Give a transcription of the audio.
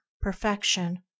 perfection